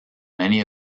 many